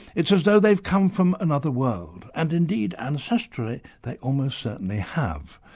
it's as though they've come from another world, and indeed ancestrally they almost certainly have.